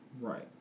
Right